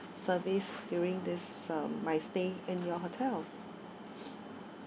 service during this uh my stay in your hotel